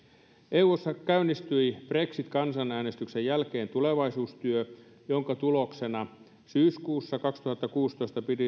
eussa käynnistyi brexit kansanäänestyksen jälkeen tulevaisuustyö jonka tuloksena syyskuussa kaksituhattakuusitoista